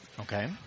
Okay